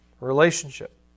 relationship